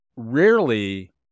rarely